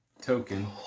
token